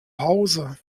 hause